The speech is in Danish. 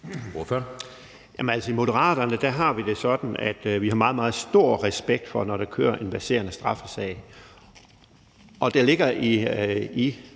i Moderaterne har vi det sådan, at vi har meget, meget stor respekt for det, når der kører en verserende straffesag.